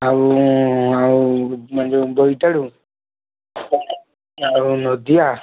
ଆଉ ଆଉ ଆମେ ଆଉ ଯେଉଁ ବୋଇତାଳୁ ଆଉ ନୋଧିଆ